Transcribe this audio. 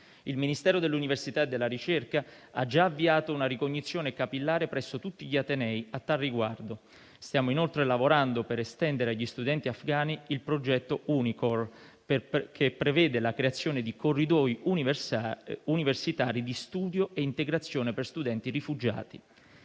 Il Ministero dell'università e della ricerca ha già avviato una ricognizione capillare presso tutti gli atenei a tal riguardo. Stiamo inoltre lavorando per estendere agli studenti afgani il progetto University corridors for refugees (Unicore), che prevede la creazione di corridoi universitari di studio e integrazione per studenti rifugiati.